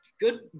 good